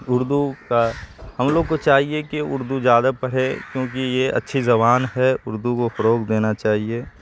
اردو کا ہم لوگ کو چاہیے کہ اردو جادہ پڑھے کیوں کہ یہ اچھی زبان ہے اردو کو فروغ دینا چاہیے